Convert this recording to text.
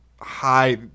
high